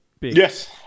Yes